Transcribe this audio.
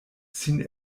sin